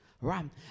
Right